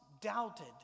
doubted